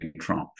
Trump